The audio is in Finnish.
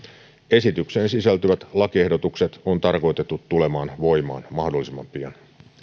esitykseen sisältyvät lakiehdotukset on tarkoitettu tulemaan voimaan mahdollisimman pian